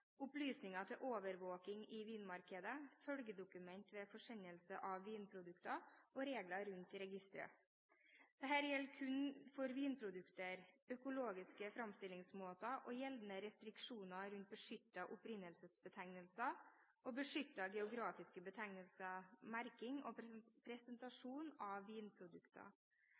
opplysninger til overvåking av vinmarkedet, følgedokumenter ved forsendelse av vinprodukter og regler rundt registre. Dette gjelder kun for vinprodukter, økologiske framstillingsmåter og gjeldende restriksjoner rundt beskyttede opprinnelsesbetegnelser og beskyttede geografiske betegnelser, merking og presentasjon av vinprodukter.